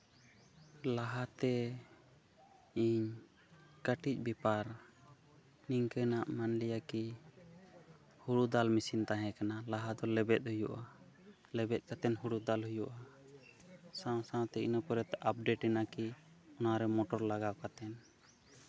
ᱞᱟᱦᱟᱛᱮ ᱤᱧ ᱠᱟᱹᱴᱤᱡ ᱵᱮᱯᱟᱨ ᱱᱤᱝᱠᱟᱹᱱᱟᱜ ᱢᱟᱱ ᱞᱤᱭᱟ ᱠᱤ ᱦᱳᱲᱳ ᱫᱟᱞ ᱢᱮᱥᱤᱱ ᱛᱟᱦᱮᱸ ᱠᱟᱱᱟ ᱞᱟᱦᱟ ᱫᱚ ᱞᱮᱵᱮᱫ ᱦᱩᱭᱩᱜᱼᱟ ᱞᱮᱵᱮᱫ ᱠᱟᱛᱮᱫ ᱦᱩᱲᱩ ᱫᱟᱞ ᱦᱩᱭᱩᱜᱼᱟ ᱥᱟᱶ ᱥᱟᱶᱛᱮ ᱤᱱᱟᱹ ᱯᱚᱨᱮᱛᱮ ᱟᱯᱰᱮᱴ ᱮᱱᱟ ᱠᱤ ᱱᱚᱣᱟᱨᱮ ᱢᱚᱴᱚᱨ ᱞᱟᱜᱟᱣ ᱠᱟᱛᱮᱫ